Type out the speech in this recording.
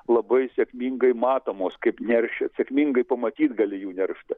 labai sėkmingai matomos kaip neršia sėkmingai pamatyt gali jų nerštą